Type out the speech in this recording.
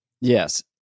yes